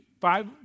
five